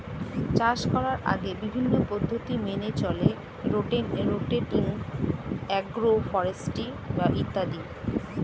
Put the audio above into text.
চাষ করার আগে বিভিন্ন পদ্ধতি মেনে চলে রোটেটিং, অ্যাগ্রো ফরেস্ট্রি ইত্যাদি